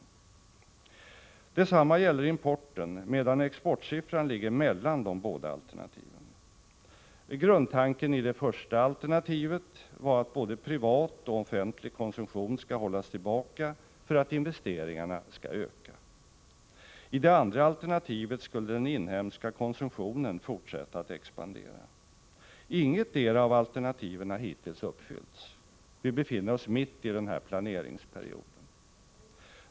Detsamma gäller importen, medan exportsiffran ligger mellan de båda alternativen. Grundtanken i det första alternativet var att både privat och offentlig konsumtion skall hållas tillbaka för att investeringarna skall öka. I det andra alternativet skulle den inhemska konsumtionen fortsätta att expandera. Ingetdera av alternativen har hittills uppfyllts. Vi befinner oss mitt i planeringsperioden.